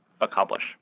accomplish